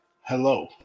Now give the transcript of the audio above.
Hello